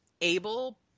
Able